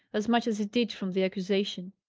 as much as it did from the accusation.